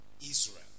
Israel